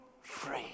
free